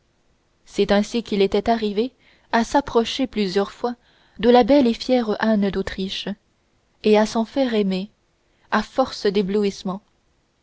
c'est ainsi qu'il était arrivé à s'approcher plusieurs fois de la belle et fière anne d'autriche et à s'en faire aimer à force d'éblouissement